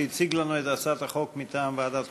שהציג לנו את הצעת החוק מטעם ועדת החוקה,